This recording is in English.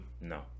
No